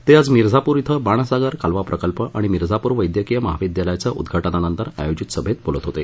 ते आज मिर्झाप्र कें बाणसागर कालवा प्रकल्प आणि मिर्झाप्र वैद्यकिय महाविद्यालयाचं उद्घाटनानंतर आयोजित सभेत बोलत होते